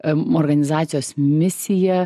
a organizacijos misija